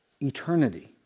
eternity